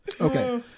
Okay